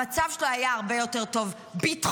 המצב שלו היה הרבה יותר טוב ביטחונית,